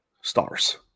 stars